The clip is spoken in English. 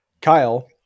Kyle